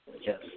Yes